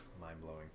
Mind-blowing